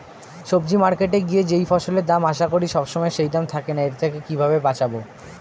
সবজি মার্কেটে গিয়ে যেই ফসলের দাম আশা করি সবসময় সেই দাম থাকে না এর থেকে কিভাবে বাঁচাবো?